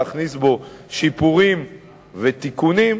להכניס בו שיפורים ותיקונים.